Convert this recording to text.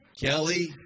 Kelly